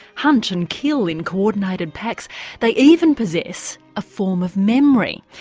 hunt and kill in coordinated packs they even possess a form of memory.